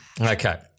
Okay